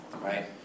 Right